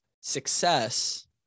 Success